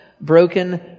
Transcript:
broken